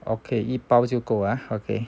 okay 一包就够 ah okay